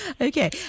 Okay